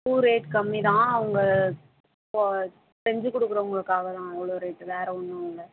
பூ ரேட் கம்மி தான் அவங்க இப்போ செஞ்சுக் கொடுக்குறவங்களுக்காக தான் அவ்வளோ ரேட்டு வேறே ஒன்றும் இல்லை